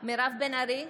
מירב בן ארי,